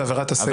ועבירת הסיפה?